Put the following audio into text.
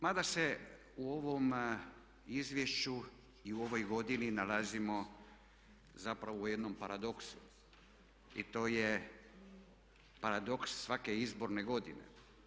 Mada se u ovom izvješću i u ovoj godini nalazimo zapravo u jednom paradoksu i to je paradoks svake izborne godine.